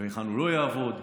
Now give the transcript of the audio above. היכן הוא לא יעבוד,